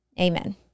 Amen